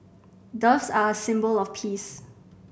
doves are a symbol of peace